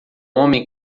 homem